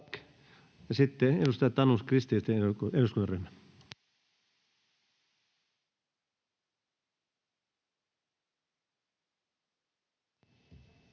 sitten edustaja Tanus, kristillisten eduskuntaryhmä.